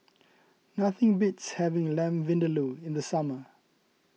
nothing beats having Lamb Vindaloo in the summer